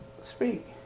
speak